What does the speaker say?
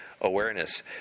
awareness